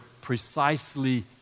precisely